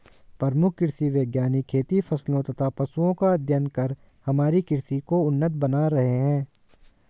प्रमुख कृषि वैज्ञानिक खेती फसलों तथा पशुओं का अध्ययन कर हमारी कृषि को उन्नत बना रहे हैं